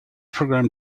program